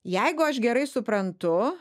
jeigu aš gerai suprantu